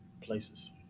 places